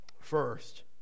First